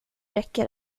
räcker